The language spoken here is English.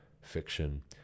fiction